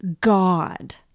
God